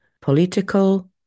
political